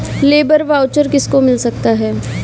Labour voucher किसको मिल सकता है?